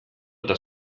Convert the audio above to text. eta